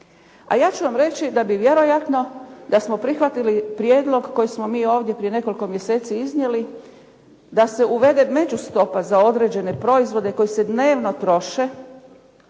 A ja ću vam reći da bi vjerojatno da smo prihvatili prijedlog koji smo mi ovdje prije nekoliko mjeseci iznijeli da se uvede međustopa za određene proizvode koji se dnevno troše